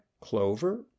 Clover